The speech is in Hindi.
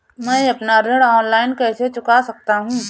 मैं अपना ऋण ऑनलाइन कैसे चुका सकता हूँ?